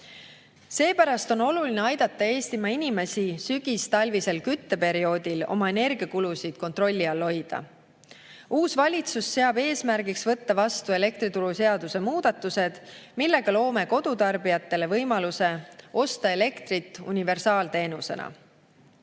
Seepärast on oluline aidata Eestimaa inimestel sügistalvisel kütteperioodil oma energiakulusid kontrolli all hoida. Uus valitsus seab eesmärgiks võtta vastu elektrituruseaduse muudatused, millega loome kodutarbijatele võimaluse osta elektrit universaalteenusena.